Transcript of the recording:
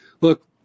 Look